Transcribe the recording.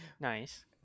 nice